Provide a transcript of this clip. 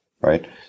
Right